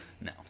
No